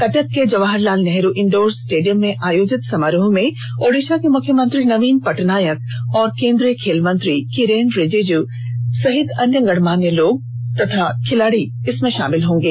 कटक के Jawaharlal Nehru indoor stadium में आयोजित समारोह में ओडिसा के मुख्यमंत्री नंवीन पटनायक और केंद्रीय खेल मंत्री किरेन रिजिजू सहित अनेक गणमान्य लोग और खिलाड़ी शामिल होंगे